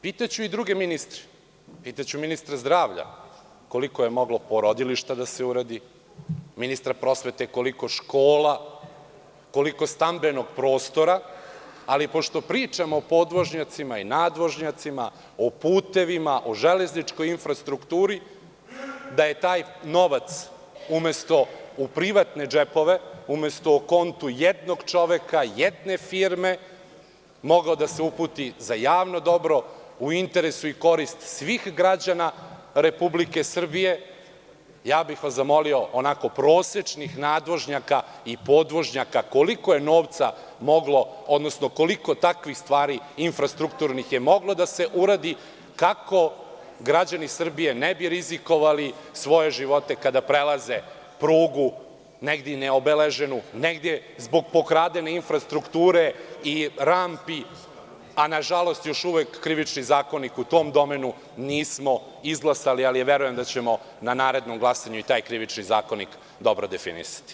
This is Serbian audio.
Pitaću i druge ministre, pitaću ministra zdravlja koliko je moglo porodilišta da se uradi, ministra prosvete koliko škola, koliko stambenog prostora, ali pošto pričamo o podvožnjacima i nadvožnjacima, o putevima, o železničkoj infrastrukturi, da je taj novac umesto u privatne džepove, umesto o kontu jednog čoveka, jedne firme, mogao da se uputi za javno dobro, u interesu i korist svih građana Republike Srbije, ja bih zamolio, onako prosečnih nadvožnjaka i podvožnjaka, koliko takvih infrastrukturnih stvari je moglo da se uradi kako građani Srbije ne bi rizikovali svoje živote kada prelaze prugu, negde neobeleženu, negde zbog pokradene infrastrukture i rampi, a nažalost, još uvek Krivični zakonik u tome domenu nismo izglasali, ali verujem da ćemo na narednom glasanju i taj Krivični zakonik dobro definisati.